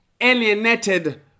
alienated